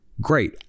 great